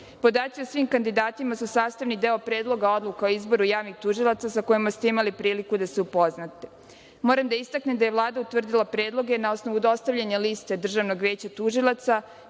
o svim kandidatima su sastavni deo predloga odluka o izboru javnih tužilaca, sa kojima ste imali priliku da se upoznate. Moram da istaknem da je Vlada utvrdila predloge na osnovu dostavljanja liste Državnog veća tužilaca,